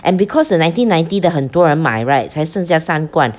and because the nineteen ninety 的很多人买 right 才剩下三罐